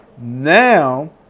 Now